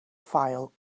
file